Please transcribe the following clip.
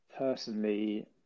personally